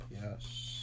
Yes